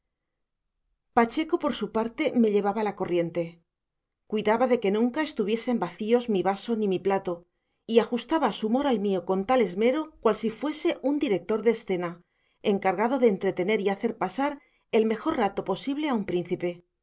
pacheco por su parte me llevaba la corriente cuidaba de que nunca estuviesen vacíos mi vaso ni mi plato y ajustaba su humor al mío con tal esmero cual si fuese un director de escena encargado de entretener y hacer pasar el mejor rato posible a un príncipe